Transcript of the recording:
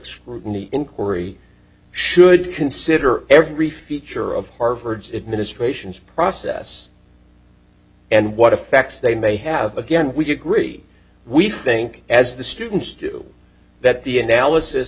scrutiny inquiry should consider every feature of harvard's administrations process and what effects they may have again we agree we think as the students do that the